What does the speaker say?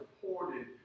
supported